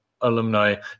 alumni